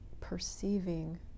perceiving